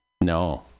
No